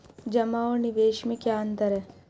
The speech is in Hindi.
जमा और निवेश में क्या अंतर है?